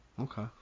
Okay